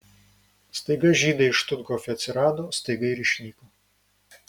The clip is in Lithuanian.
staiga žydai štuthofe atsirado staiga ir išnyko